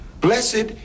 blessed